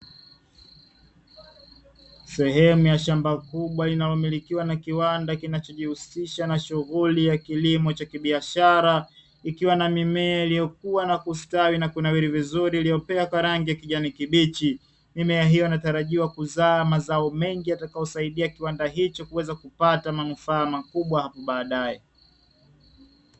Sehemu ya shamba kubwa inayomilikiwa na kiwanda kinachojihusisha na shughuli ya kilimo cha kibiashara, ikiwa na mimea iliyokuwa na kustawi na kuna rangi ya kijani kibichi nimeahiwa na tarajiwa kuzaa mazao mengi yatakayosaidia kiwanda hicho kuweza kupata manufaa makubwa hapo baadaye.